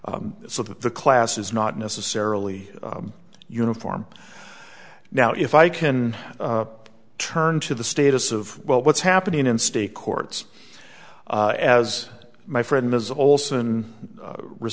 so that the class is not necessarily uniform now if i can turn to the status of well what's happening in state courts as my friend ms olson re